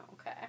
Okay